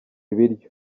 ibiryo